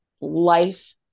life